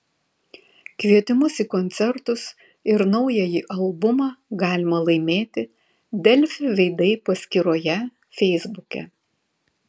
kvietimus į koncertus ir naująjį albumą galima laimėti delfi veidai paskyroje feisbuke